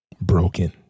broken